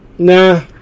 Nah